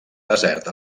desert